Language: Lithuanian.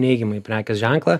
neigiamai prekės ženklą